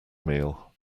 meal